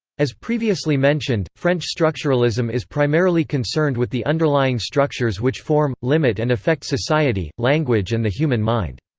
as previously mentioned, french structuralism is primarily concerned with the underlying structures which form, limit and affect society, language and the human mind.